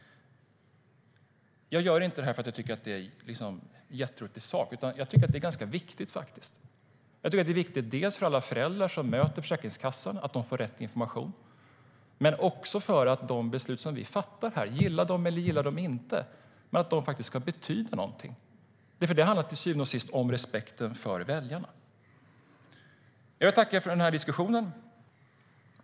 Jag tar inte upp denna fråga för att jag tycker att det är roligt. Den är viktig dels för föräldrarna som i möte med Försäkringskassan ska få rätt information, dels för att de beslut som riksdagen fattar, gilla dem eller inte, ska betyda något. Det handlar till syvende och sist om respekten för väljarna. Jag vill tacka för diskussionen.